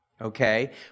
okay